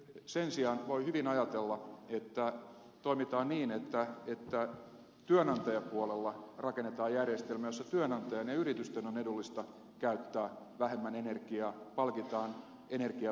sen sijaan voi hyvin ajatella että toimitaan niin että työnantajapuolella rakennetaan järjestelmä jossa työnantajan ja yritysten on edullista käyttää vähemmän energiaa palkitaan energian vähemmästä käytöstä